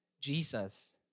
Jesus